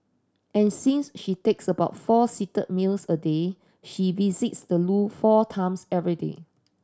and since she takes about four seated meals a day she visits the loo four times every day